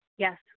Yes